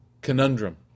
conundrum